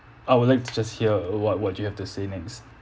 I would like to just hear what what do you have to say next